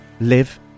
live